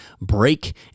break